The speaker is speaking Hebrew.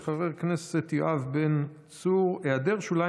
של חבר הכנסת יואב בן צור: היעדר שוליים